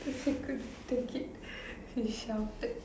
then she couldn't take it she shouted